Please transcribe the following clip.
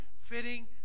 fitting